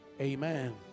Amen